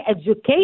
educate